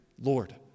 Lord